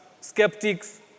skeptics